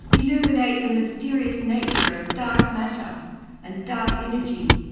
illuminate the mysterious nature of dark matter and dark energy,